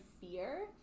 fear